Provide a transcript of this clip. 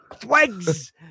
twigs